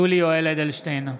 (קורא בשמות חברי הכנסת) יולי יואל אדלשטיין,